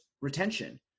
retention